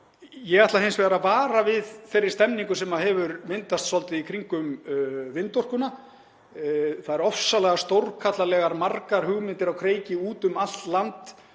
Ég ætla hins vegar að vara við þeirri stemningu sem hefur myndast í kringum vindorkuna. Það eru ofsalega margar og stórkarlalegar hugmyndir á kreiki úti um allt land